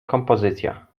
kompozycja